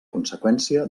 conseqüència